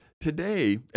today